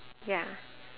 ya